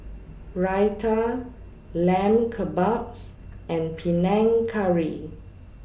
Raita Lamb Kebabs and Panang Curry